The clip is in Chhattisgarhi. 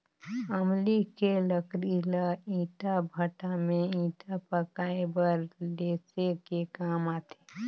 अमली के लकरी ल ईटा भट्ठा में ईटा पकाये बर लेसे के काम आथे